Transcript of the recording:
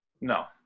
no